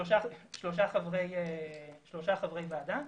שלושה חברי ועדה.